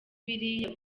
biriya